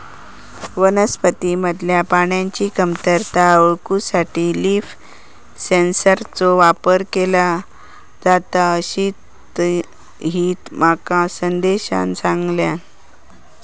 वनस्पतींमधल्या पाण्याची कमतरता ओळखूसाठी लीफ सेन्सरचो वापर केलो जाता, अशीताहिती माका संदेशान सांगल्यान